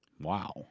Wow